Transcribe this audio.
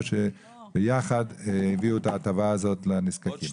שביחד הביאו את ההטבה הזאת לנזקקים.